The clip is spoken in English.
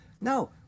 No